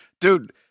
dude